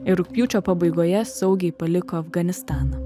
ir rugpjūčio pabaigoje saugiai paliko afganistaną